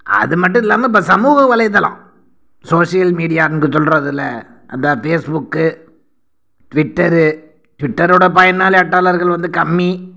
அது மட்டும் இல்லாமல் இப்போ சமூக வலைத்தளம் சோஷியல் மீடியா என்று சொல்லுறதில அந்த ஃபேஸ்புக்கு ட்விட்டரு ட்விட்டரோட பயனாளியட்டாளர்கள் வந்து கம்மி